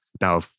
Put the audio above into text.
Now